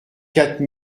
quatre